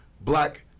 black